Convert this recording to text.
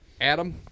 Adam